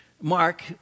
Mark